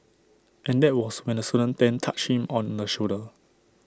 and that was when the student then touched him on the shoulder